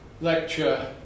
lecture